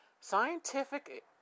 Scientific